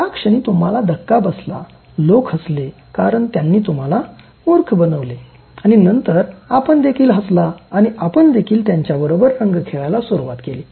त्या क्षणी तुम्हाला धक्का बसला लोक हसले कारण त्यांनी तुम्हाला मूर्ख बनवले आणि नंतर आपण देखील हसला आणि आपण देखील त्यांच्याबरोबर रंग खेळायला सुरुवात केली